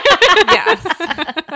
Yes